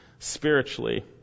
spiritually